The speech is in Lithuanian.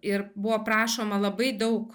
ir buvo prašoma labai daug